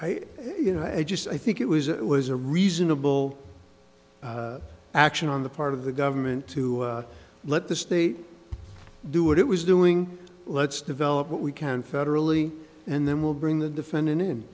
know i just i think it was it was a reasonable action on the part of the government to let the state do what it was doing let's develop what we can federally and then we'll bring the defendant in